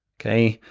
okay.